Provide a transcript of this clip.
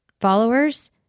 followers